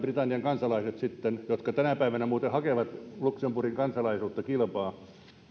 britannian kansalaisille sitten käy jotka tänä päivänä muuten hakevat luxembourgin kansalaisuutta kilpaa